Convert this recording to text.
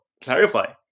clarify